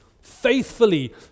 faithfully